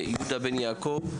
יהודה בן יעקב,